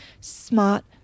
smart